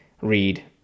read